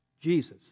Jesus